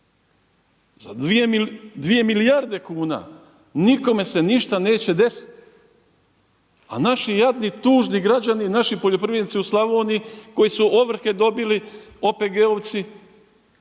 za 2 milijarde kuna nikome se ništa neće desiti. A naši jadni tužni građani naši poljoprivrednici u Slavoniji koji su ovrhe dobili OPG-ovci